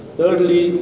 Thirdly